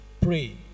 pray